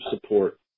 support